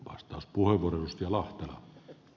arvoisa puhemies